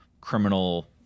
criminal